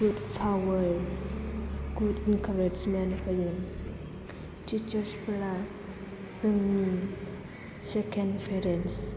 गुद power good encouragement होयो teachers फोरा जोंनि सेखेन्ड पेरेन्ट्स